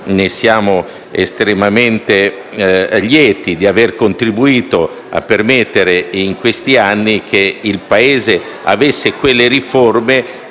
siamo estremamente lieti di aver contribuito a permettere, in questi anni, che il Paese avesse quelle riforme